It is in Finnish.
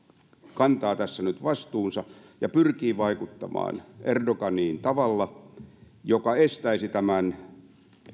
kantaa tässä nyt vastuunsa ja pyrkii vaikuttamaan erdoganiin tavalla joka estäisi tämän